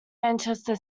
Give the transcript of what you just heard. manchester